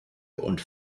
und